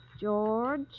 George